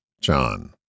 John